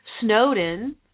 Snowden